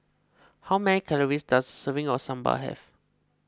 how many calories does a serving of Sambar have